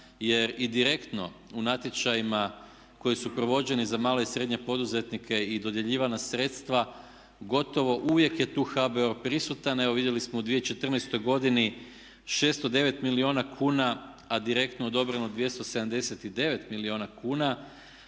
jer i direktno u natječajima koji su provođeni za male i srednje poduzetnike i dodjeljivana su sredstva, gotovo uvijek je tu HBOR prisutan. Evo vidjeli smo u 2014. godini 609 milijuna kuna a direktno odobreno 279 milijuna kuna,